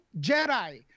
Jedi